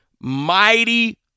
mighty